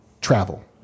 Travel